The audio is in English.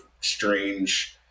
strange